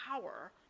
power